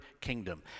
kingdom